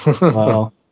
Wow